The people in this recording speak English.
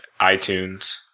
iTunes